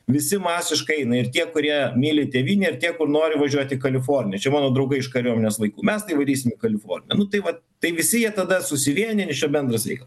visi masiškai eina ir tie kurie myli tėvynę ir tie kur nori važiuoti kaliforniją čia mano draugai iš kariuomenės laikų mes tai varysim į kaliforniją nu tai vat tai visi jie tada susivienyja čia bendras reikalas